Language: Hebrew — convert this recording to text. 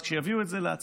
אז כשיביאו את זה להצבעה.